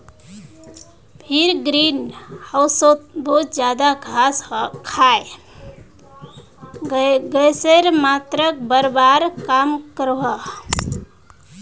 भेड़ ग्रीन होउसोत बहुत ज्यादा घास खाए गसेर मात्राक बढ़वार काम क्रोह